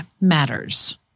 matters